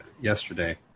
yesterday